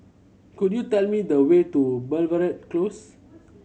could you tell me the way to Belvedere Close